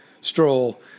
Stroll